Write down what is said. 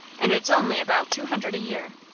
and it's only about two hundred a year.